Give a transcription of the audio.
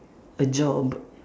a job